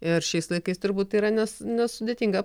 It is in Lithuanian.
ir šiais laikais turbūt yra ne nesudėtinga